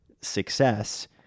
success